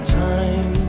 time